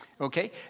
Okay